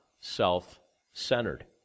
self-centered